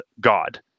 God